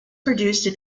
produced